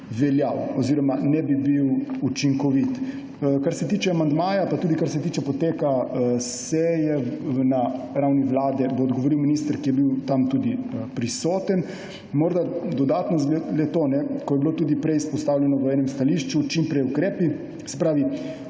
veljal oziroma ne bi bil učinkovit. Kar se tiče amandmaja in kar se tiče poteka seje na ravni vlade, bo odgovoril minister, ki je bil tam tudi prisoten. Dodatno le to, ko je bilo tudi prej izpostavljeno v enem stališču, da čim prej ukrepi. Ukrepi